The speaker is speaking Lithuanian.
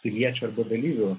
piliečių arba dalyvių